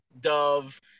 dove